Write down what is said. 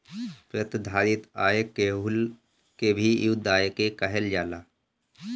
प्रतिधारित आय केहू के भी शुद्ध आय के कहल जाला